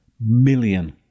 million